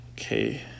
Okay